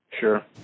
Sure